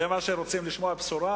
זה מה שרוצים לשמוע בו בשורה.